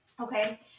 Okay